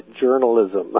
journalism